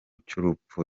cy’urupfu